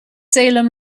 salem